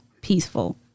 peaceful